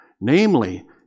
Namely